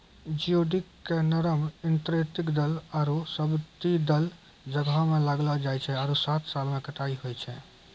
geoduck के नरम intertidal आरो सब्तिदल जग्हो में लगैलो जाय छै आरो सात साल में कटाई होय छै